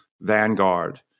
Vanguard